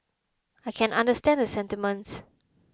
I can understand the sentiments